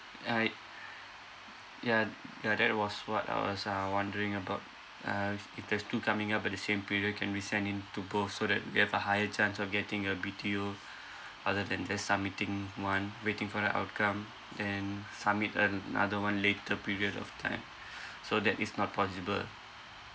I ya ya that was what I was uh wondering about uh f~ if there's two coming up at the same period can we send in to both so that we have a higher chance of getting a B_T_O other than just submitting one waiting for the outcome then submit another one later period of time so that is not possible